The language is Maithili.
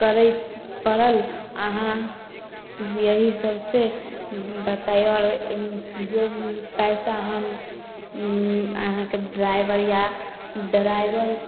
करै पड़ल अहाँ यही सबसे बतैऔ आओर जो पइसा हम अहाँके ड्राइवर या डराइवर